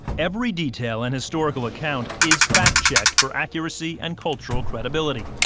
every detail and historical account is fact checked for accuracy and cultural credibility.